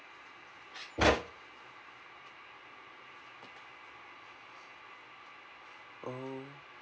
oh